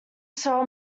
sell